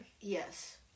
yes